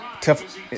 tough